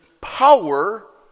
power